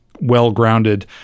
well-grounded